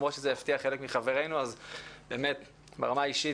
ברמה האישית, כבוד עצום.